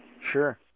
Sure